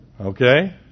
Okay